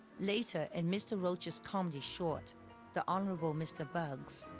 later, in mr. roach's comedy short the honorable mr. buggs,